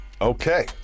Okay